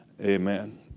Amen